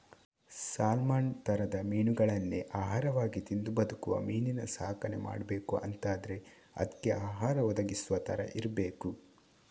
salmon ತರದ ಮೀನುಗಳನ್ನೇ ಆಹಾರವಾಗಿ ತಿಂದು ಬದುಕುವ ಮೀನಿನ ಸಾಕಣೆ ಮಾಡ್ಬೇಕು ಅಂತಾದ್ರೆ ಅದ್ಕೆ ಆಹಾರ ಒದಗಿಸುವ ತರ ಇರ್ಬೇಕು